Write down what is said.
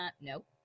Nope